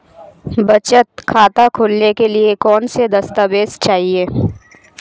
बचत खाता खोलने के लिए कौनसे दस्तावेज़ चाहिए?